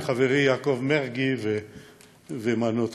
וחברי יעקב מרגי ומנו טרכטנברג.